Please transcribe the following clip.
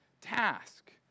task